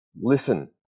listen